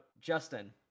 justin